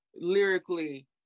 lyrically